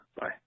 Bye